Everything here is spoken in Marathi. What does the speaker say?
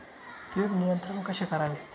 कीड नियंत्रण कसे करावे?